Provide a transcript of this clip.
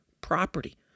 property